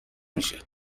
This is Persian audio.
میشه